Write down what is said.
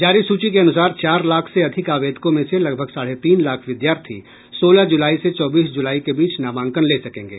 जारी सूची के अनुसार चार लाख से अधिक आवेदकों में से लगभग साढ़े तीन लाख विद्यार्थी सोलह जुलाई से चौबीस जुलाई के बीच नामांकन ले सकेंगे